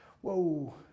whoa